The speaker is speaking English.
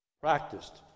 practiced